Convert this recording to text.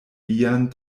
lian